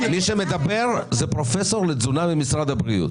מדברת כאן פרופסור לתזונה ממשרד הבריאות.